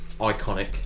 iconic